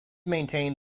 maintain